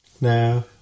Now